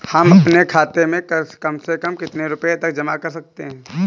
हम अपने खाते में कम से कम कितने रुपये तक जमा कर सकते हैं?